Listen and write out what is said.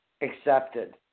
accepted